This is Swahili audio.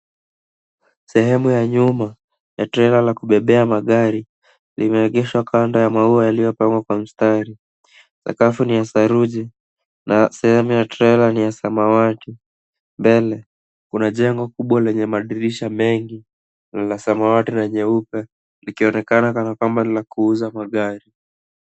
Sehemu ya nyuma ya trellor la kubebea magari limeegeshwa kando ya maua iliyopangwa kwa mstari. Saakafu ni ya saruji na sehemu ya trellor ni ya samawati. Mbele kuna jengo kubwa lenye madirisha mengi na la samawati na nyeupe likionekana kama kwamba ni la kuuza magari.